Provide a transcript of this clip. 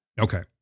okay